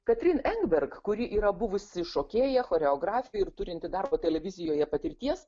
katrine engberg kuri yra buvusi šokėja choreografė ir turinti darbo televizijoje patirties